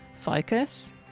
Focus